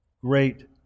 great